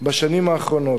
בשנים האחרונות.